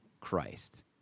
Christ